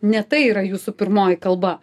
ne tai yra jūsų pirmoji kalba